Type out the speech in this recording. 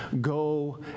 Go